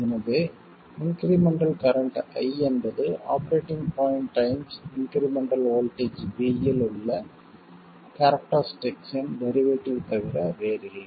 எனவே incremental current i என்பது operating point times incremental voltage v இல் உள்ள கேரக்டரஸ்டிக் இன் டெரிவேட்டிவ் தவிர வேறில்லை